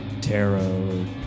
tarot